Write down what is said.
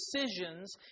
decisions